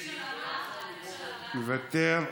מוותר,